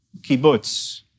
Kibbutz